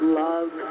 love